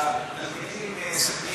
התלמידים מסח'נין.